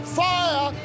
fire